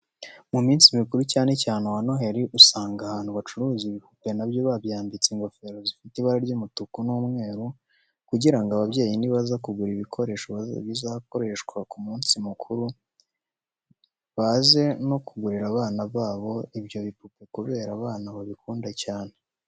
Mu minsi mikuru, cyane cyane uwa Noheri usanga ahantu bacuruza ibipupe na byo babyambitse ingofero zifite ibara ry'umutuku n'umweru, kugira ngo ababyeyi nibaza kugura ibikoresho bizakoreshwa ku munsi mukuru, baze no kugurira abana babo ibyo bipupe kubera abana babikunda cyane.